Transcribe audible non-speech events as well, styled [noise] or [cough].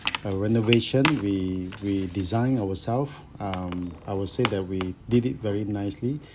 uh renovation we we design ourselves um I would say that we did it very nicely [breath]